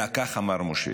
אלא, כך אמר משה: